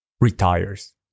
retires